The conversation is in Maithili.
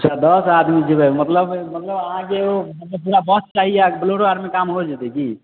अच्छा दश आदमी जयबै मतलब मतलब अहाँकेँ एगो पूरा बस चाही या बोलेरो आरमे काम हो जयतै की